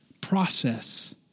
process